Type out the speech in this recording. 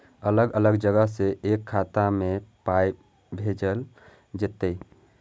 अलग अलग जगह से एक खाता मे पाय भैजल जेततै?